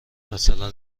مثلا